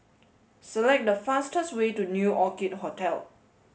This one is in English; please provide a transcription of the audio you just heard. select the fastest way to New Orchid Hotel